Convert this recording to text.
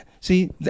See